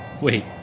Wait